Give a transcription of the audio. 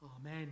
Amen